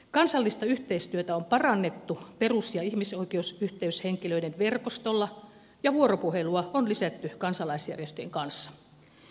kansallista yhteistyötä on parannettu perus ja ihmisoikeusyhteyshenkilöiden verkostolla ja vuoropuhelua kansalaisjärjestöjen kanssa on lisätty